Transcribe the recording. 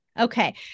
Okay